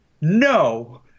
no